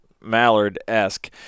mallard-esque